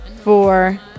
four